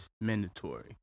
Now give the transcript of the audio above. mandatory